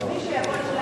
מי שיבוא,